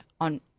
on